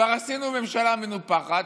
כבר עשינו ממשלה מנופחת,